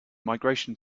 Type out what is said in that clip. migration